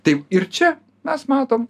taip ir čia mes matom